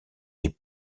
des